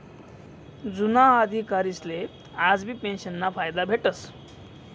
जुना अधिकारीसले आजबी पेंशनना फायदा भेटस